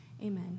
amen